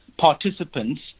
participants –